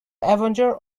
avenger